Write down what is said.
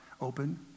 open